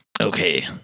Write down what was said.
Okay